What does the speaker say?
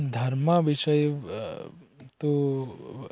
धर्मविषये तु